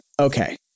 Okay